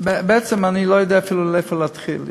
בעצם אני לא יודע אפילו איפה להתחיל.